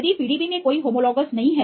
यदि PDB में कोई होमोलॉग्स नहीं है